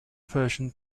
persian